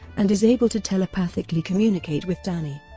and is able to telepathically communicate with danny.